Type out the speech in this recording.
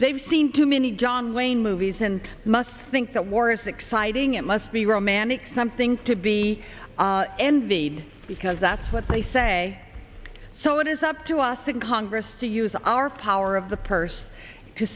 they've seen too many john wayne movies and must think that war is exciting it must be romantic something to be envied because that's what they say so it is up to us in congress to use our power of the purse to